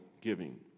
giving